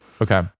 Okay